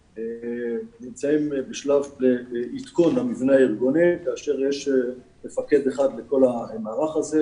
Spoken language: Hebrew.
ונמצאים בשלב עדכון המבנה הארגוני כאשר יש מפקד אחד לכל המערך הזה.